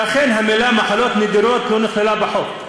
שהמילים "מחלות נדירות" לא נכללו בחוק.